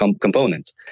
components